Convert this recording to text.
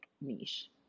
niche